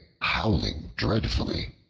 howling dreadfully.